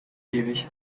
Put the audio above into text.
ewig